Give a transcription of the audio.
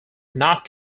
not